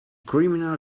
criminal